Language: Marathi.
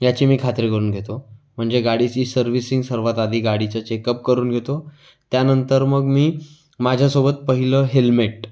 याची मी खात्री करून घेतो म्हणजे गाडीची सर्व्हिसिंग सर्वात आधी गाडीचं चेकअप करून घेतो त्यानंतर मग मी माझ्यासोबत पहिलं हेल्मेट